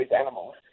animals